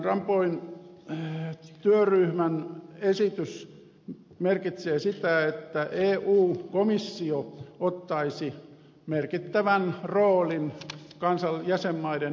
van rompuyn työryhmän esitys merkitsee sitä että eu komissio ottaisi merkittävän roolin jäsenmaiden budjettitaloudesta